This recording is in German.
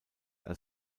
als